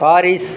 Paris